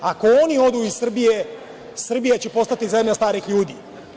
Ako oni odu iz Srbije, Srbija će postati zemlja starih ljudi.